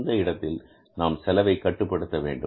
இந்த இடத்தில் நாம் செலவை கட்டுப்படுத்த வேண்டும்